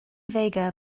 vega